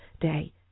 day